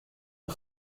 ont